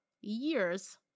years